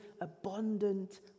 abundant